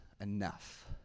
enough